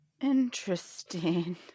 Interesting